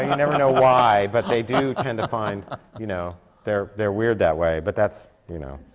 and never know why, but they do tend to find you know they're they're weird that way. but that's, you know.